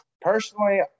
personally